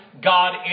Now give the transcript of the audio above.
God